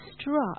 struck